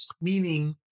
meaning